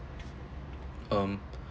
um